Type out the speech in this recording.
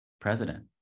president